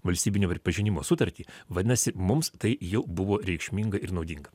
valstybinio pripažinimo sutartį vadinasi mums tai jau buvo reikšminga ir naudinga